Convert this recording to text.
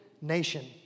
nation